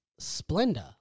Splenda